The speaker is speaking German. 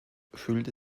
fühlte